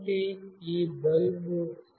కాబట్టి ఇది బల్బ్